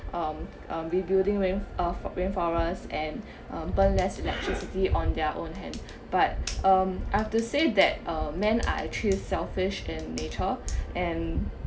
um um rebuilding rain~ uh rainforest and urban less electricity on their own hand but um I have to say that uh man are actually selfish in nature and